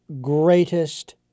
greatest